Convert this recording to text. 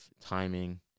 timing